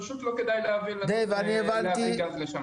פשוט לא כדאי להביא גז לשם.